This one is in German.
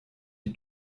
die